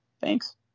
Thanks